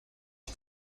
que